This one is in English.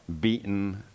beaten